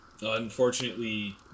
Unfortunately